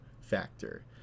factor